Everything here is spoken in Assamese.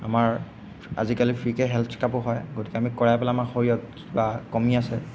আমাৰ আজিকালি ফ্ৰীকৈ হেল্থ চেকাপো হয় গতিকে আমি কৰাই পেলাই আমাৰ শৰীৰত কিবা কমি আছে